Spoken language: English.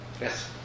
Yes